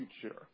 future